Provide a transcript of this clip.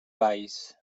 valls